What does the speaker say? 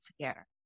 together